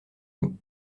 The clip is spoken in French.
nous